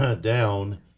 down